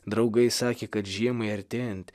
draugai sakė kad žiemai artėjant